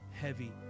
heavy